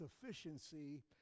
sufficiency